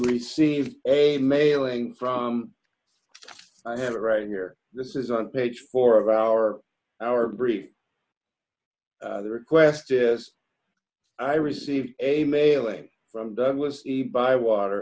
received a mailing from i have it right here this is on page four of our our brief the request is i received a mailing from douglas a bywater